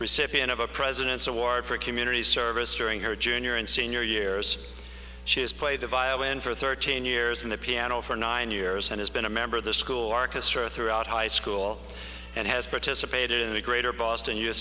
recipient of a president's award for community service during her junior and senior years she has played the violin for thirteen years on the piano for nine years and has been a member of the school orchestra throughout high school and has participated in the greater boston